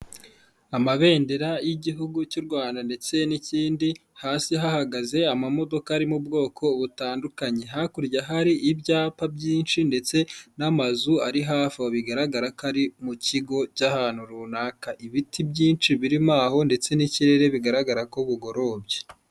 Amabendera y'igihugu cy'u Rwanda ndetse n'ikindi, hasi hahagaze amamodoka ari mu ubwoko butandukanye. Hakurya hari ibyapa byinshi ndetse n'amazu ari hafi aho, bigaragara ko ari mu kigo cy'ahantu runaka. Ibiti byinshi birimo aho ndetse n'ikirere, bigaragara ko bugorobye.